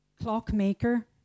clockmaker